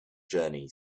journey